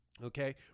Okay